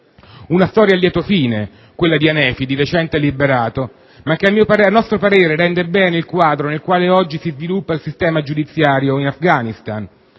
Una storia a lieto fine, quella di Hanefi, di recente liberato, ma che a nostro parere rende bene il quadro nel quale oggi si sviluppa il sistema giudiziario in Afghanistan: